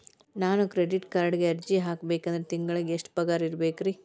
ನಾನು ಕ್ರೆಡಿಟ್ ಕಾರ್ಡ್ಗೆ ಅರ್ಜಿ ಹಾಕ್ಬೇಕಂದ್ರ ತಿಂಗಳಿಗೆ ಎಷ್ಟ ಪಗಾರ್ ಇರ್ಬೆಕ್ರಿ?